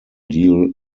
deal